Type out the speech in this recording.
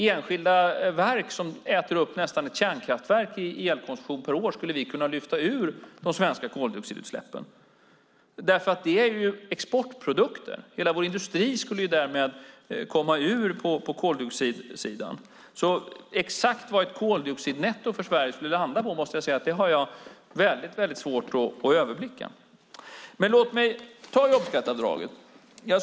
Enskilda verk som äter upp nästan ett kärnkraftverk i elkonsumtion per år skulle vi kunna lyfta ut från de svenska koldioxidutsläppen eftersom det gäller exportprodukter. Hela vår ekonomi skulle därmed komma ur på koldioxidsidan. Exakt vad ett koldioxidnetto för Sverige skulle landa på har jag, måste jag säga, väldigt svårt att överblicka. Låt mig ta jobbskatteavdraget.